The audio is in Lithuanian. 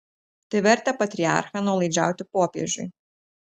tai vertė patriarchą nuolaidžiauti popiežiui